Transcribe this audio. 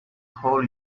call